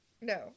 No